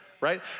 right